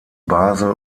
basel